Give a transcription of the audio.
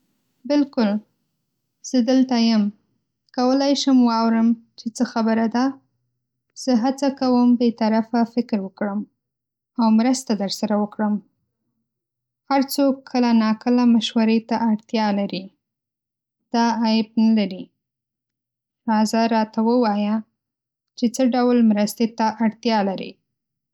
بالکل، زه دلته یم، کولی شم واورم چې څه خبره ده؟ زه هڅه کوم بې طرفه فکر وکړم او مرسته درسره وکړم. هر څوک کله نا کله مشورې ته اړتیا لري، دا عیب نه لري. راځه، راته ووایه چې څه ډول مرستې ته اړتیا لرې.